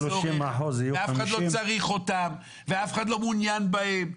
צורך ואף אחד לא צריך אותם ואף אחד לא מעוניין בהם,